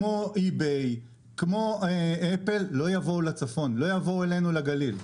eBay ואפל לא יבואו אלינו לצפון.